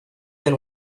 than